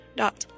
dot